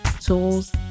tools